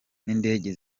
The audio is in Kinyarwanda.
n’indege